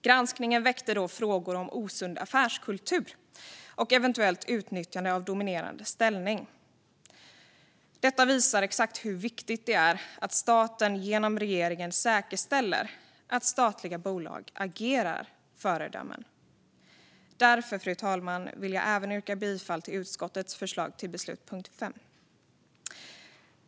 Granskningen väckte frågor om osund affärskultur och eventuellt utnyttjande av dominerande ställning. Detta visar hur viktigt det är att staten genom regeringen säkerställer att statliga bolag agerar föredömen. Därför, fru talman, vill jag även yrka bifall till utskottets förslag till beslut under punkt 5.